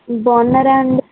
బాగున్నారా అండి